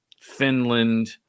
Finland